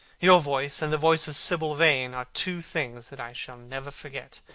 your voice and the voice of sibyl vane are two things that i shall never forget.